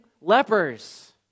lepers